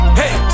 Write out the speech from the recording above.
hey